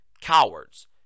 cowards